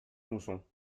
mousson